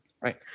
Right